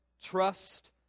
trust